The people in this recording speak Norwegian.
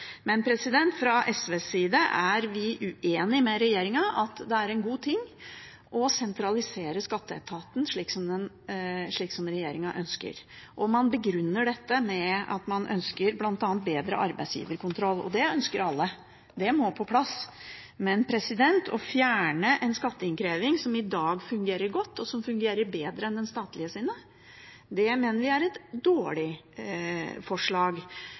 men vi er, fra SVs side, uenig med regjeringen i at det er en god ting å sentralisere skatteetaten, slik som regjeringen ønsker. Man begrunner dette med at man ønsker bl.a. bedre arbeidsgiverkontroll. Det ønsker jo alle – det må på plass. Men å fjerne en skatteinnkreving som i dag fungerer godt, og som fungerer bedre enn den statlige innkrevingen, mener vi er et dårlig forslag.